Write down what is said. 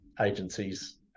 agencies